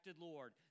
Lord